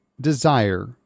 desire